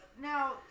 Now